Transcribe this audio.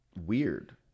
weird